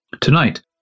Tonight